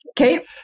Okay